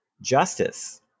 Justice